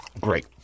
Great